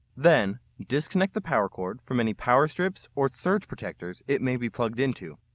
then disconnect the power cord from any power strip or surge protector it may be plugged into.